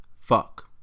Fuck